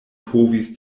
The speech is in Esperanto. povis